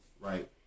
right